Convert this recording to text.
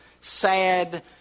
sad